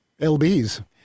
lbs